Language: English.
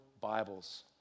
Bibles